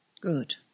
Good